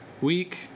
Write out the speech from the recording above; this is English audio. Week